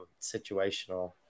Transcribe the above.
situational